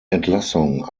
entlassung